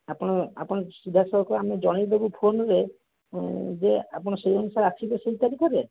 ଆପଣ ଆପଣ ସିଧାସଳଖ ଆମେ ଜଣାଇଦେବୁ ଫୋନ୍ ରେ ଯେ ଆପଣ ସେହି ଅନୁସାର ଆସିବେ ସେହି ତାରିଖରେ